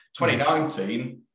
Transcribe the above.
2019